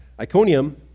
Iconium